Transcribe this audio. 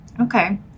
Okay